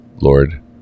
Lord